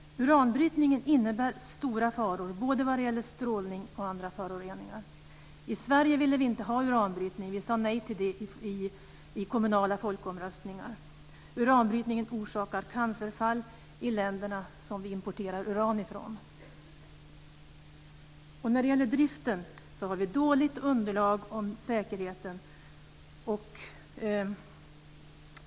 Uranbrytningen innebär stora faror vad gäller både strålning och andra föroreningar. I Sverige ville vi inte ha uranbrytning. Vi sade nej till det i kommunala folkomröstningar. Uranbrytningen orsaker cancerfall i de länder vi importerar uran från. När det gäller driften har vi dåligt underlag om säkerheten.